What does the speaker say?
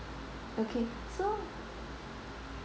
okay so